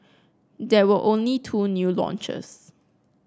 there were only two new launches